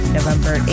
November